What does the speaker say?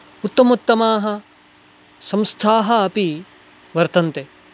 उत्तमोत्तमाः संस्थाः अपि वर्तन्ते